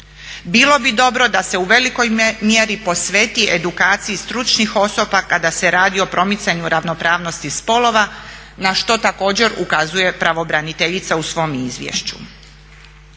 Bilo bi dobro da se u velikoj mjeri posveti edukaciji stručnih osoba kada se radi o promicanju ravnopravnosti spolova na što također ukazuje pravobraniteljica u svom izvješću.